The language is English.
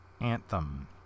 Anthem